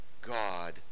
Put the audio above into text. God